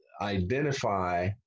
identify